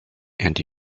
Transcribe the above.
and